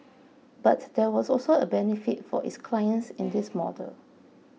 but there was also a benefit for its clients in this model